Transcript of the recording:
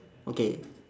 okay